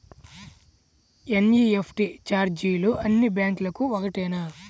NEFT ఛార్జీలు అన్నీ బ్యాంక్లకూ ఒకటేనా?